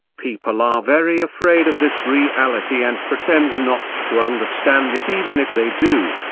people are very afraid of this reality and pretend not to understand it even if they do.